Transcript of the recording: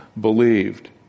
believed